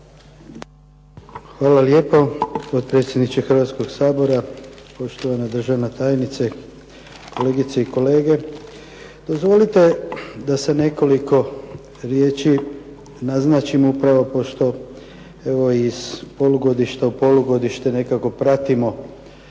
Hvala lijepo potpredsjedniče Hrvatskog sabora, poštovana državna tajnice, kolegice i kolege. Dozvolite da sa nekoliko riječi naznačim upravo pošto evo iz polugodišta u polugodište nekako pratimo